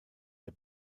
der